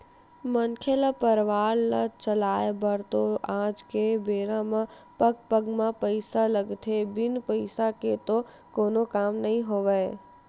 मनखे ल परवार ल चलाय बर तो आज के बेरा म पग पग म पइसा लगथे बिन पइसा के तो कोनो काम नइ होवय